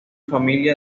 familia